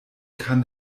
kann